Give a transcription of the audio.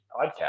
podcast